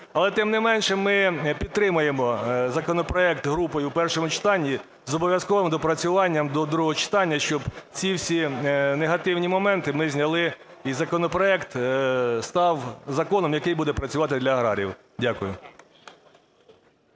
Але, тим не менше, ми підтримаємо законопроект групою в першому читанні з обов'язковим доопрацюванням до другого читання, щоб ці всі негативні моменти ми зняли і законопроект став законом, який буде працювати для аграріїв. Дякую.